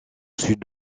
sud